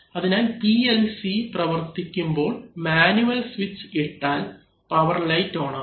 അതിനാൽ PLC പ്രവർത്തിക്കുമ്പോൾ manual switch ഇട്ടാൽ പവർ ലൈറ്റ് ഓൺ ആകും